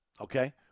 okay